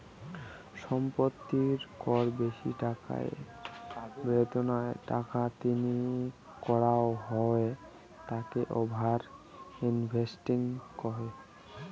সম্পত্তির কর বেশি টাকা বেদাঙ্গনা টাকা তিনি করাঙ হই তাকে ওভার ইনভেস্টিং কহে